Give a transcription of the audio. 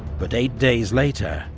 but eight days later,